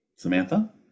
Samantha